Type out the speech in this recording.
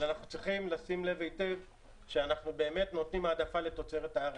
אבל אנחנו צריכים לשים לב היטב שאנחנו באמת נותנים העדפה לתוצרת הארץ.